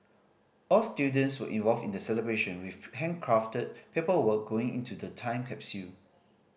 all students were involved in the celebration with handcrafted paperwork going into the time capsule